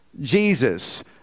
Jesus